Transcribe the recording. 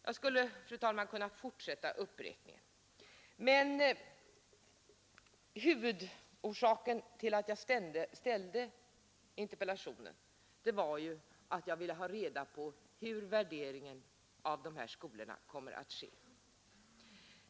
Jag skulle, fru talman, kunna fortsätta uppräkningen, men huvudorsaken till att jag ställde interpellationen var ju att jag ville ha reda på hur värderingen av de här skolorna kommer att ske.